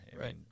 Right